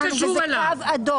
זה קו אדום.